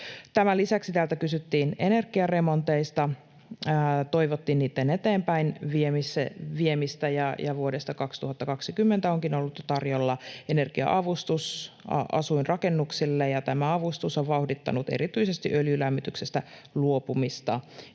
Tämän lisäksi täällä kysyttiin energiaremonteista, toivottiin niitten eteenpäinviemistä. Vuodesta 2020 onkin ollut jo tarjolla energia-avustus asuinrakennuksille, ja tämä avustus on vauhdittanut erityisesti öljylämmityksestä luopumista.